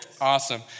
Awesome